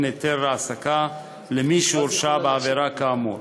היתר העסקה למי שהורשע בעבירה כאמור.